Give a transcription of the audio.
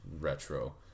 retro